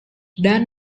dan